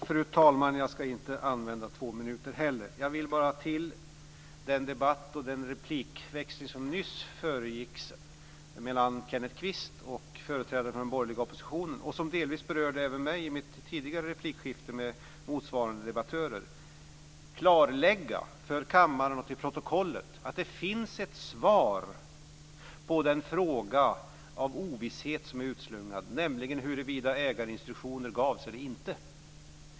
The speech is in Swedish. Fru talman! Jag ska inte använda mina två minuter. Jag vill bara till den debatt och den replikväxling som nyss försiggick mellan Kenneth Kvist och företrädare för den borgerliga opposition, och som delvis berörde även mig i mitt tidigare replikskifte med motsvarande debattörer, för kammaren och protokollet klarlägga att det finns ett svar på den fråga av ovisshet som är utslungad, nämligen huruvida ägarinstruktioner gavs eller inte.